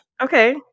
Okay